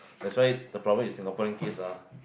that's why the problem with Singaporean kids uh